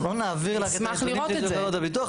לא, אנחנו לא נעביר לך את לשונית חברות הביטוח.